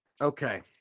Okay